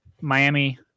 Miami